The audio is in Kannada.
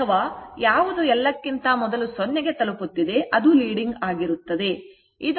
ಅಥವಾ ಯಾವುದು ಎಲ್ಲಕ್ಕಿಂತ ಮೊದಲು 0 ಕ್ಕೆ ತಲುಪುತ್ತಿದೆ ಅದು leading ಆಗಿರುತ್ತದೆ